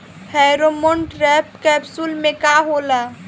Pheromone trap capsule में का होला?